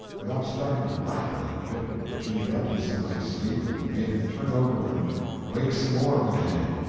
without starting a rattle out of it which interrupted somebody's sleep and made him turn over and wake some more of the gang.